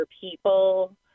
people